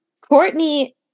Courtney